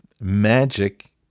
magic